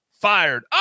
fired